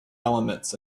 elements